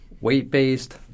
weight-based